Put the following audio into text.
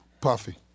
Puffy